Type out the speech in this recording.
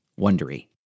wondery